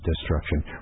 Destruction